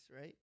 right